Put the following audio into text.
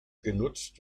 genutzt